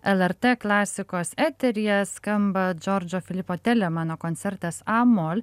lrt klasikos eteryje skamba džordžo filipo telemano koncertas a mol